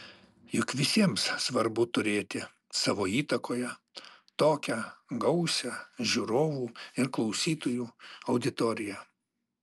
juk visiems svarbu turėti savo įtakoje tokią gausią žiūrovų ir klausytojų auditoriją